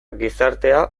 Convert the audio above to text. gizartea